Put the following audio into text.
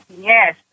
Yes